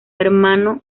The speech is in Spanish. hermano